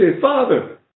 Father